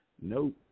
Nope